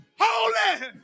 Holy